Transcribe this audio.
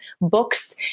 books